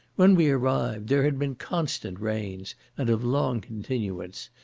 when we arrived, there had been constant rains, and of long continuance,